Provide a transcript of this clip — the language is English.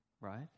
right